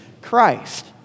Christ